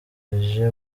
reggae